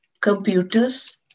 computers